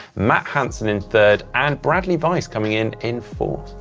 matt hanson in third and bradley weiss coming in in fourth.